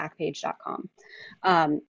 backpage.com